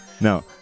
No